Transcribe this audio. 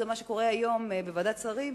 וזה מה שקורה היום בוועדת שרים,